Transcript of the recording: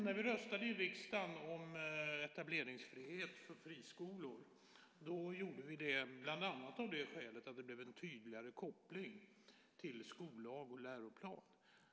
När vi röstade i riksdagen om etableringsfrihet för friskolor gjorde vi det bland annat av det skälet att det blev en tydligare koppling till skollag och läroplan.